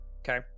okay